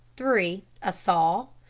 three. a saw.